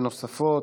נגד יוסף טייב,